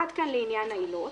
עד כאן לעניין העילות.